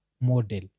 model